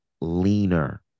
leaner